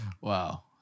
Wow